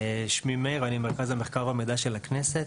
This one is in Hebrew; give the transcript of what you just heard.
שמי מאיר, ואני ממרכז המחקר והמידע של הכנסת.